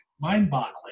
mind-boggling